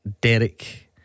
Derek